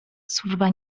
służba